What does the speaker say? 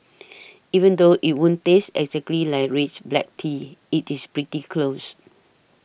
even though it won't taste exactly like rich black tea it is pretty close